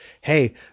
hey